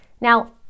Now